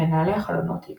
מנהלי החלונות X